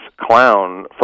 clown